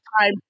time